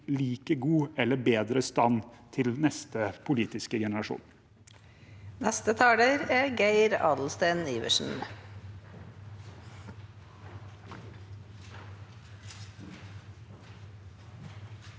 like god eller bedre stand til neste politiske generasjon. Geir Adelsten Iversen